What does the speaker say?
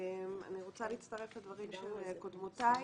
אני רוצה להצטרף לדברים של קודמותיי.